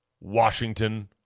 Washington